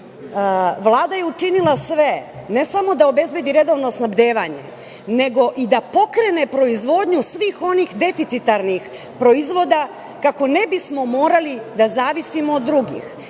je učinila sve, ne samo da obezbedi redovno snabdevanje nego i da pokrene proizvodnju svih onih deficitarnih proizvoda kako ne bismo morali da zavisimo od drugih